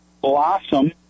blossom